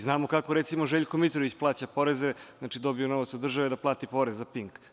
Znamo kako, recimo, Željko Mitrović plaća poreze – dobije novac od države da plati porez za „Pink“